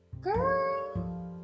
Girl